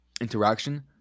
interaction